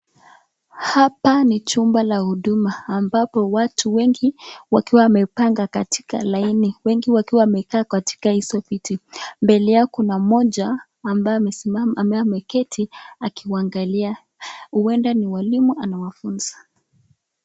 Hapa ni chumba la Huduma ambapo watu wengi wakiwa wamepanga katika laini, wengi wakiwa wamekaa katika hizi viti, mbele yao kuna mmoja ambaye ameketi akiwaangalia huenda ni mwalimu anawafunzwa.